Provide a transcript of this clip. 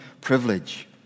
privilege